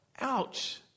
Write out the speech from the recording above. Ouch